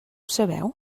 sabeu